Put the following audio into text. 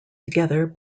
together